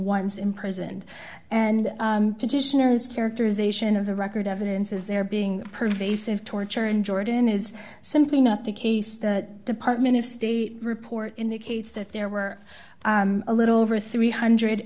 once imprisoned and petitioners characterization of the record evidence is there being pervasive torture in jordan is simply not the case the department of state report indicates that there were a little over three hundred